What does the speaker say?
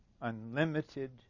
unlimited